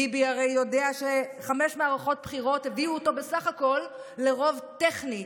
ביבי הרי יודע שחמש מערכות בחירות הביאו אותו בסך הכול לרוב טכני,